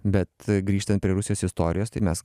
bet grįžtant prie rusijos istorijos tai mes